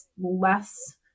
less